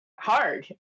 Hard